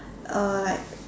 uh like